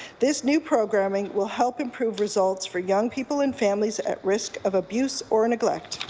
this new programming will help improve results for young people and families at risk of abuse or neglect,